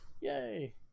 Yay